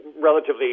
relatively